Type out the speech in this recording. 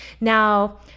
Now